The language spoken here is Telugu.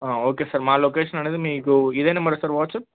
ఓకే సార్ మా లొకేషన్ అనేది మీకు ఇదే నంబర్ సార్ వాట్స్ఆప్